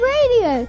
Radio